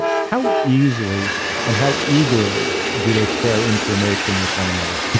and how easily and how eagerly do they share information with one another?